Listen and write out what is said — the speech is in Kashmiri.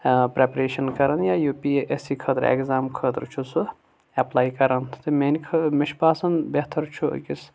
پرپریشن کران یا یو پی ایس سی خٲطرٕ ایگزام خٲطرٕ چھُ سہُ اٮ۪پلے کران تہِ میانہِ خا مےٚ چھُ باسان بہتر چھُ أکِس